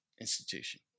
institution